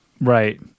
Right